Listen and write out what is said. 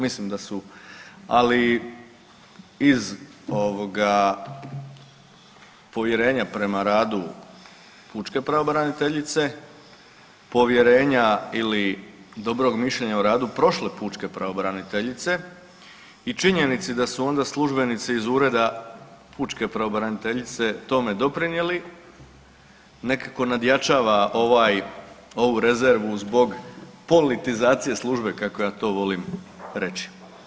Mislim da su, ali iz povjerenja prema radu pučke pravobraniteljice, povjerenja ili dobrog mišljenja o radu prošle pučke pravobraniteljice i činjenici da su onda službenici iz Ureda pučke pravobraniteljice tome doprinijeli nekako nadjačava ovu rezervu zbog politizacije službe kako ja to volim reći.